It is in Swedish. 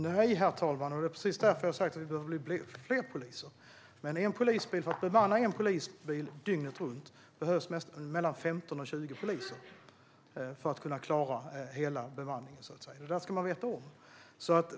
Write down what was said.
Herr talman! Nej, och det är precis därför jag har sagt att vi behöver fler poliser. För att bemanna en polisbil dygnet runt behövs mellan 15 och 20 poliser. Detta ska man veta om.